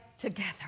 together